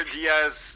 Diaz